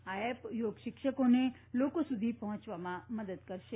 આ એપ યોગ શિક્ષકોને લોકો સુધી પહોંચાડવામાં મદદ કરશે